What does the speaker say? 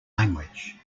language